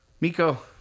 Miko